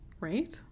Right